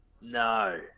No